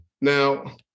now